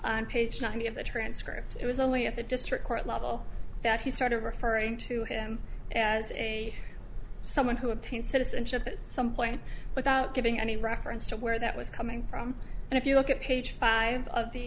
on page ninety of the transcript it was only at the district court level that he started referring to him as a someone who obtained citizenship at some point without giving any reference to where that was coming from and if you look at page five of the